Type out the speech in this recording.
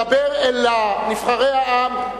מדבר אל נבחרי העם,